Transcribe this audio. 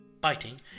Biting